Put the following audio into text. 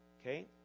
Okay